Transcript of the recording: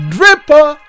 Dripper